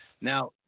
Now